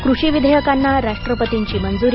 कृषी विधेयकांना राष्ट्रपतींची मंजुरी